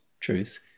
truth